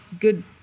good